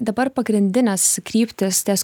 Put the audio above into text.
dabar pagrindinės kryptys ties